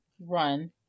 run